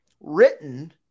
written